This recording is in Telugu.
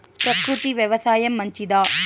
ప్రకృతి వ్యవసాయం మంచిదా?